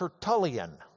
Tertullian